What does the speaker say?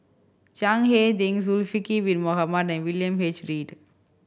Chiang Hai Ding Zulkifli Bin Mohamed and William H Read